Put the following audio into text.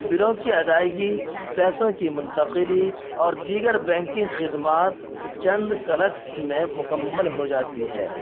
بلوں کی ادائیگی پیسوں کی منتقلی اور دیگر بینکنگ خدمات چند کلکس میں مکمل ہو جاتی ہے